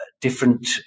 different